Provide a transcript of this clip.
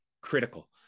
critical